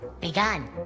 Begun